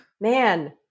Man